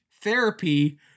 therapy